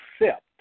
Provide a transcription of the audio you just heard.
accept